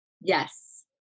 Yes